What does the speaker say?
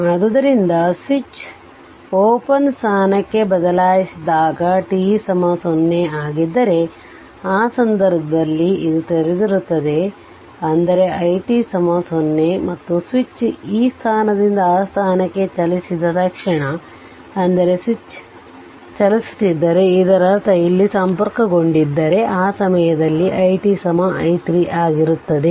ಆದ್ದರಿಂದ switch open ಸ್ಥಾನಕ್ಕೆ ಬದಲಾಯಿಸಿದಾಗ t 0 ಆಗಿದ್ದರೆ ಆ ಸಂದರ್ಭದಲ್ಲಿ ಇದು ತೆರೆದಿರುತ್ತದೆ ಅಂದರೆ i t 0 ಮತ್ತು ಸ್ವಿಚ್ ಈ ಸ್ಥಾನದಿಂದ ಆ ಸ್ಥಾನಕ್ಕೆ ಚಲಿಸಿದ ತಕ್ಷಣ ಅಂದರೆ ಸ್ವಿಚ್ ಇದರಿಂದ ಚಲಿಸುತ್ತಿದ್ದರೆ ಇದರರ್ಥ ಅದು ಇಲ್ಲಿ ಸಂಪರ್ಕಗೊಂಡಿದ್ದರೆ ಆ ಸಮಯದಲ್ಲಿ i t i 3 ಆಗಿರುತ್ತದೆ